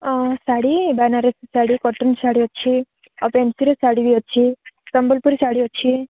ଶାଢ଼ୀ Banarasi sari cotton sari ଅଛି ଆଉ ଫେନ୍ସୀର ଶାଢ଼ୀ ବି ଅଛି ସମ୍ବଲପୁରୀ ଶାଢ଼ୀ ଅଛି